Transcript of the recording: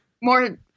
More